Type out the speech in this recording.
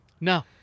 No